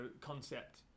concept